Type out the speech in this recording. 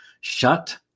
shut